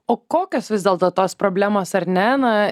o kokios vis dėlto tos problemos ar ne na